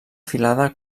filada